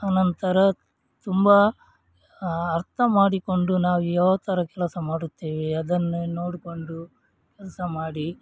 ಅನಂತರ ತುಂಬ ಅರ್ಥ ಮಾಡಿಕೊಂಡು ನಾವು ಯಾವ ಥರ ಕೆಲಸ ಮಾಡುತ್ತೇವೆ ಅದನ್ನೆ ನೋಡಿಕೊಂಡು ಕೆಲಸ ಮಾಡಿ